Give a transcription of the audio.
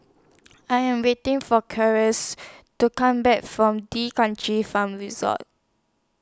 I Am waiting For to Come Back from D'Kranji Farm Resort